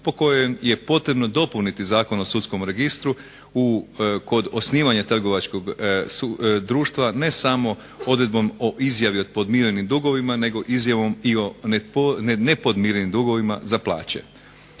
po kojoj je potrebno dopuniti Zakon o sudskom registru kod osnivanja trgovačkog društva, ne samo odredbom o izjavi o podmirenim dugovima nego izjavom i o nepodmirenim dugovima za plaće.